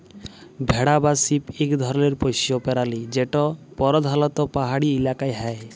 ভেড়া বা শিপ ইক ধরলের পশ্য পেরালি যেট পরধালত পাহাড়ি ইলাকায় হ্যয়